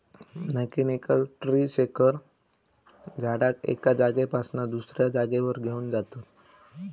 mechanical tree shaker झाडाक एका जागेपासना दुसऱ्या जागेवर घेऊन जातत